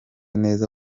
neza